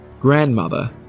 grandmother